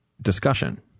discussion